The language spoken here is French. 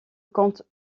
compte